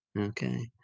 Okay